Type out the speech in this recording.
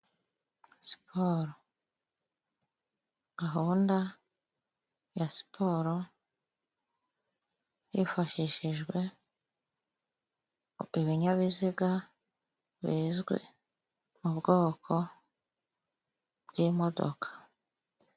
Siporo, gahunda ya siporo hifashishijwe ibinyabiziga bizwi mu bwoko bw'imodoka.